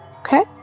Okay